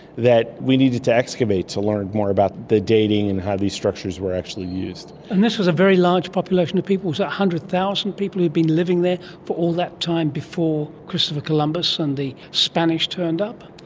that we needed to excavate to learn more about the dating and how these structures were actually used. and this was a very large population of people, was it one hundred thousand people who had been living there for all that time before christopher columbus and the spanish turned up?